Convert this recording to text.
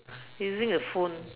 using a phone